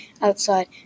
outside